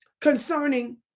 concerning